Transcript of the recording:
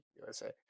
USA